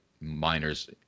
miners